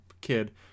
kid